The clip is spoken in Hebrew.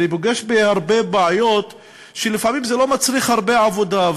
שאני פוגש הרבה בעיות שלפעמים הפתרון שלהן לא מצריך הרבה עבודה,